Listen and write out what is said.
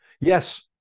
Yes